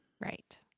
right